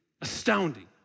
Astounding